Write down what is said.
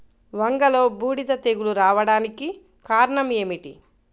వంగలో బూడిద తెగులు రావడానికి కారణం ఏమిటి?